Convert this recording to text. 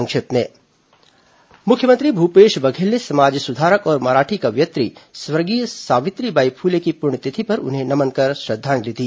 संक्षिप्त समाचार मुख्यमंत्री भूपेश बघेल ने समाज सुधारक और मराठी कवयित्री स्वर्गीय सावित्री बाई फ्ले की पुण्यतिथि पर उन्हें नमन कर श्रद्धांजलि दी